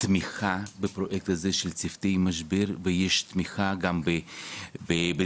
תמיכה בפרויקט הזה של צוותי משבר ויש תמיכה גם בדברים